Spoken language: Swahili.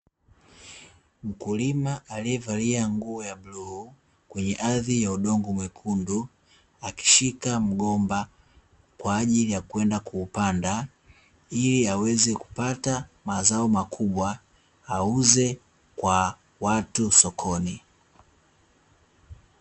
Mkulima alievalia nguo ya bluu kwenye ardhi ya udongo mwekundu akishika mgomba, kwaajili ya kwenda kuupanda, ili aweze kupata mazao makubwa auze kwa watu sokoni.